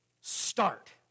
start